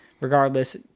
Regardless